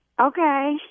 Okay